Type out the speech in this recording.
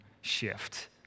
shift